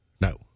no